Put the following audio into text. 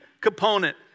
component